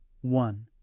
one